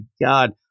God